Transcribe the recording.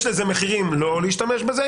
יש לזה מחירים לא להשתמש בזה,